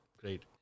great